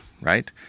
right